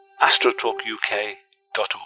astrotalkuk.org